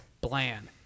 bland